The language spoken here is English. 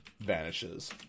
vanishes